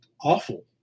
awful